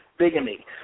bigamy